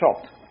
shocked